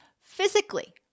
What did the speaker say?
physically